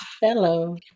Hello